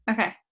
Okay